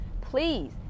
Please